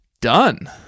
done